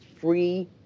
free